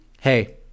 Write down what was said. Hey